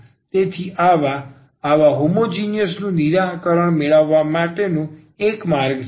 તેથી આવા આવા હોમોજીનીયસ નું નિરાકરણ મેળવવાનો આ એક માર્ગ છે